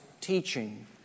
teaching